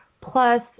plus